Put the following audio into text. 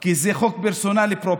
כי זה חוק פרסונלי פרופר,